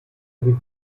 wie